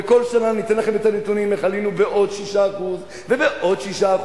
וכל שנה ניתן לכם את הנתונים איך עלינו בעוד 6% ובעוד 6%,